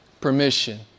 permission